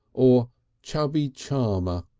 or chubby charmer,